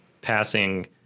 passing